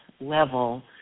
level